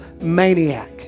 maniac